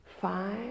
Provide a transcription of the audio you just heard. five